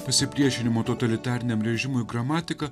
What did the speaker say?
pasipriešinimo totalitariniam režimui gramatika